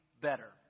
better